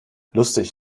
lustig